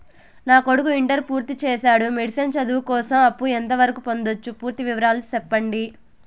నా కొడుకు ఇంటర్ పూర్తి చేసాడు, మెడిసిన్ చదువు కోసం అప్పు ఎంత వరకు పొందొచ్చు? పూర్తి వివరాలు సెప్పండీ?